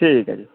ठीक ऐ जी